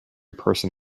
person